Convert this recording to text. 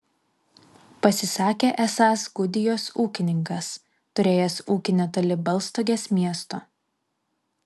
pasisakė esąs gudijos ūkininkas turėjęs ūkį netoli baltstogės miesto